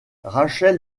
rachel